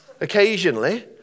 Occasionally